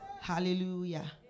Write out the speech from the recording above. Hallelujah